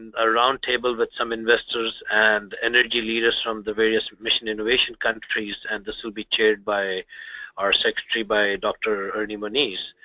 a roundtable with but some investors and energy leaders from the various mission innovation countries. and this will be chaired by our secretary, by dr. ernie moniz.